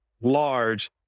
large